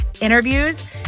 interviews